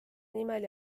nimel